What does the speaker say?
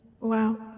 Wow